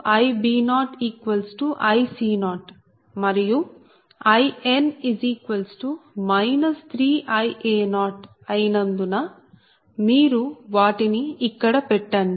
Ia0Ib0Ic0 మరియు In 3Ia0 అయినందున మీరు వాటిని ఇక్కడ పెట్టండి